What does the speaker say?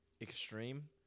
extreme